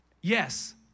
yes